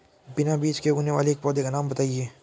बिना बीज के उगने वाले एक पौधे का नाम बताइए